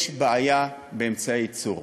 יש בעיה באמצעי ייצור,